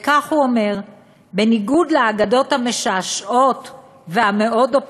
וכך הוא אומר: בניגוד לאגדות המשעשעות והמאוד-אופטימיות,